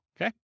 Okay